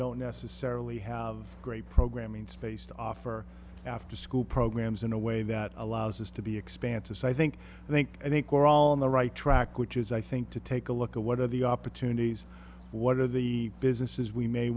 don't necessarily have a great programming space to offer afterschool programs in a way that allows us to be expansive so i think i think i think we're all on the right track which is i think to take a look at what are the opportunities what are the businesses we may